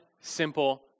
simple